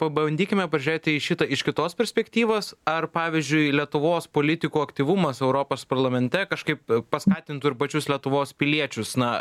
pabandykime pažiūrėti į šitą iš kitos perspektyvos ar pavyzdžiui lietuvos politikų aktyvumas europos parlamente kažkaip paskatintų ir pačius lietuvos piliečius na